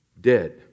Dead